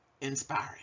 inspiring